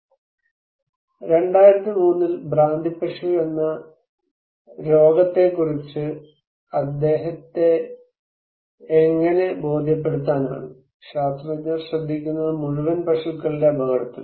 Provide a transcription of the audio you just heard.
2003 ൽ ഭ്രാന്തിപ്പശു എന്ന രോഗത്തെക്കുറിച്ച് അദ്ദേഹത്തെ എങ്ങനെ ബോധ്യപ്പെടുത്താനാണ് ശാസ്ത്രജ്ഞർ ശ്രദ്ധിക്കുന്നത് മുഴുവൻ പശുക്കളുടെ അപകടത്തിലും